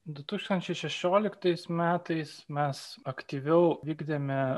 du tūkstančiai šešioliktais metais mes aktyviau vykdėme